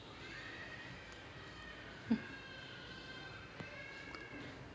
mm